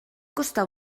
costar